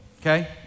Okay